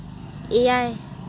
ᱮᱭᱟᱭ